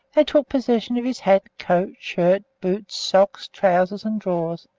they took possession of his hat, coat, shirt, boots, socks, trousers, and drawers,